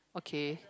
okay